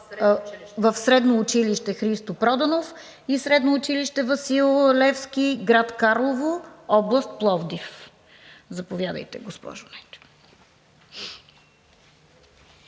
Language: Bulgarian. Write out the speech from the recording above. в Средно училище „Христо Проданов“ и Средно училище „Васил Левски“ – град Карлово, област Пловдив. Заповядайте, госпожо